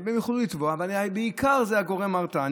הם יוכלו לתבוע, ובעיקר יהיה גורם הרתעה.